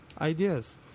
ideas